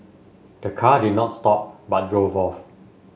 the car did not stop but drove off